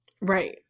Right